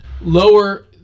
lower